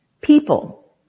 people